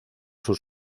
sus